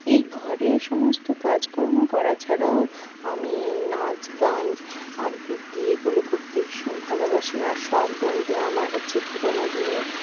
এই ঘরের সমস্ত কাজকর্ম করা ছাড়াও আমি নাচ গান আবৃত্তি এগুলো করতে ভীষণ ভালোবাসি আর শখ বলতে আমার হচ্ছে পুরোনো দিনের